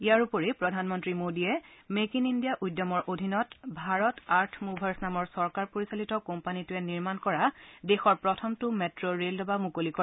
ইয়াৰ উপৰি প্ৰধানমন্ত্ৰী মোদীয়ে মেক ইন ইণ্ডিয়া উদ্যমৰ অধীনত ভাৰত আৰ্থ মুভাৰ্ছ নামৰ চৰকাৰ পৰিচালিত কোম্পানীটোৱে নিৰ্মাণ কৰা দেশৰ প্ৰথমটো মেট্ৰ ৰে'ল ডবা মুকলি কৰে